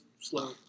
slow